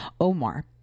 Omar